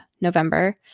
November